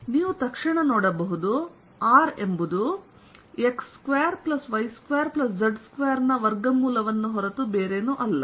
ನೀವು ತಕ್ಷಣ ನೋಡಬಹುದು r ಎಂಬುದು of x2y2z2ನ ವರ್ಗಮೂಲವನ್ನುಹೊರತು ಬೇರೇನೂ ಅಲ್ಲ